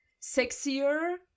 sexier